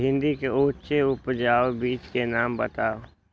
भिंडी के उच्च उपजाऊ बीज के नाम बताऊ?